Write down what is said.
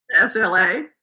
SLA